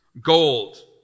gold